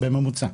בממוצע.